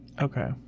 Okay